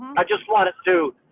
i just wanted to,